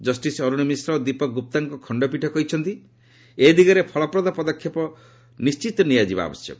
justice Arun Mishra ଓ ଦୀପକ୍ ଗୁପ୍ତାଙ୍କ ଖଣ୍ଡପୀଠ କହିଛନ୍ତି ଏ ଦିଗରେ ଫଳପ୍ରଦ ପଦକ୍ଷେପ ନିର୍ଣ୍ଣିତ ନିଆଯିବା ଆବଶ୍ୟକ